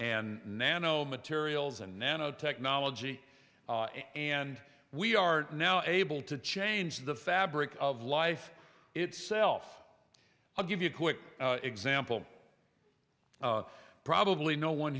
and nanomaterials and nanotechnology and we are now able to change the fabric of life itself i'll give you a quick example probably no one